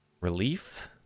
relief